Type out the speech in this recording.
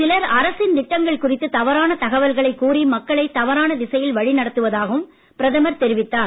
சிலர் அரசின் திட்டங்கள் குறித்து தவறான தகவல்களை கூறி மக்களை தவறான திசையில் வழி நடத்துவதாகவும் பிரதமர் தெரிவித்தார்